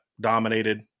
dominated